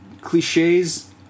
cliches